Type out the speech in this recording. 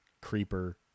creeper